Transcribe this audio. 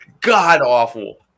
God-awful